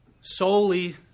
Solely